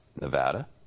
Nevada